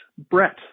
brett